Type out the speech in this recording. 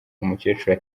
umukecuru